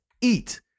Eat